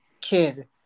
kid